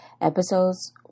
episodes